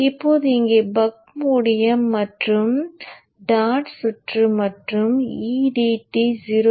இப்போது இங்கே பக் மூடிய மற்றும் டாட் சுற்று மற்றும் edt 01